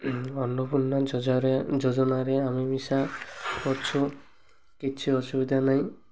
ଅନ୍ନପୂର୍ଣ୍ଣା ଯୋଜନାରେ ଆମେ ମିଶା ଅଛୁ କିଛି ଅସୁବିଧା ନାହିଁ